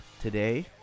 today